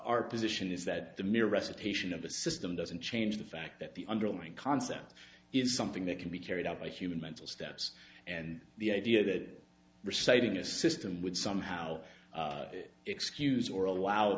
our position is that the mere recitation of a system doesn't change the fact that the underlying concept is something that can be carried out by human mental steps and the idea that reciting a system would somehow excuse or allow